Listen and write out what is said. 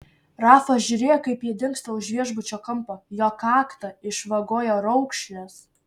rafa žiūrėjo kaip ji dingsta už viešbučio kampo jo kaktą išvagojo raukšlės